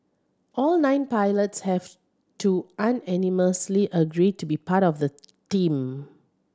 all nine pilots have to unanimously agree to be part of the team